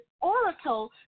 oracle